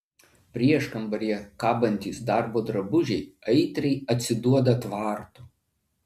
prieškambaryje kabantys darbo drabužiai aitriai atsiduoda tvartu